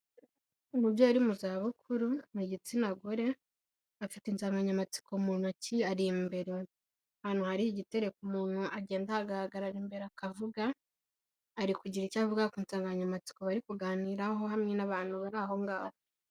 Umubyeyi ari mu zabukuru, ni igitsina gore afite insanganyamatsiko mu ntoki, ari imbere ahantu hari igitereko umuntu agenda ahagarara imbere akavuga, ari kugira icyo avuga ku nsanganyamatsiko bari kuganiraho hamwe n'abantu bari aho ngaho.